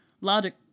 Logic